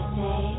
say